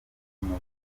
uburyo